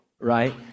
right